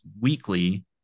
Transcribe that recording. weekly